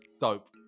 dope